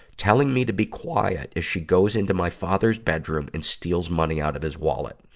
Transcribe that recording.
telling me to be quiet, as she goes into my father's bedroom and steals money out of his wallet.